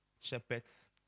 shepherds